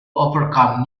overcome